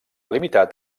limitat